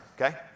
okay